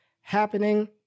happening